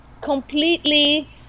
completely